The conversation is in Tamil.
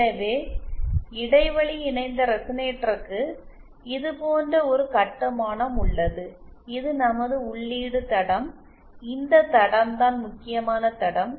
எனவே இடைவெளி இணைந்த ரெசனேட்டருக்கு இது போன்ற ஒரு கட்டுமானம் உள்ளது இது நமது உள்ளீடு தடம் இந்த தடம்தான் முக்கியமான தடம்